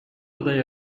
aday